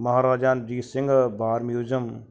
ਮਹਾਰਾਜਾ ਰਣਜੀਤ ਸਿੰਘ ਬਾਰ ਮਿਊਜ਼ਅਮ